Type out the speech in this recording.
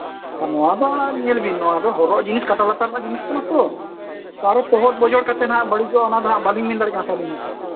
ᱟᱨ ᱱᱚᱣᱟ ᱫᱚ ᱧᱮᱞᱵᱤᱱ ᱱᱚᱣᱟ ᱫᱚ ᱦᱚᱨᱚᱜ ᱡᱤᱱᱤᱥ ᱠᱟᱴᱟ ᱞᱟᱛᱟᱨ ᱨᱮᱱᱟᱜ ᱡᱤᱱᱤᱞ ᱠᱟᱱᱟ ᱛᱚ ᱚᱠᱟᱨᱮ ᱛᱮᱦᱮᱫ ᱵᱚᱡᱚᱲ ᱠᱟᱛᱮ ᱦᱚᱸᱜ ᱵᱟᱹᱲᱤᱡᱚᱜᱼᱟ ᱚᱱᱟ ᱫᱚ ᱵᱟᱹᱞᱤᱧ ᱢᱮᱱ ᱫᱟᱲᱭᱟᱜ ᱠᱟᱱᱟ ᱥᱮ ᱟᱹᱞᱤᱧ ᱦᱚᱸ